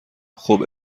خوب